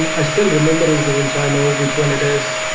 i still remember his name so i know which one it is.